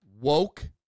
woke